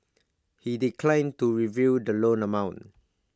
he declined to reveal the loan amount